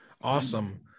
awesome